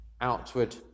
outward